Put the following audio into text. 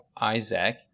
Isaac